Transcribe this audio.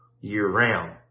year-round